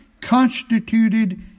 constituted